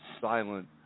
silent